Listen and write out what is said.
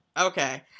Okay